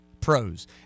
pros